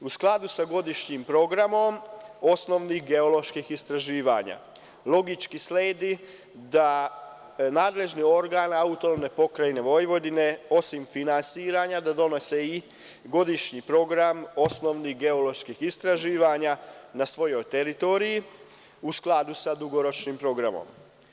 U skladu sa godišnjim programom, osnovnih geoloških istraživanja, logički sledi da nadležni organ AP Vojvodine, osim finansiranja, da donosi i godišnji program osnovnih geoloških istraživanja, na svojoj teritoriji, u skladu sa dugoročnim programom.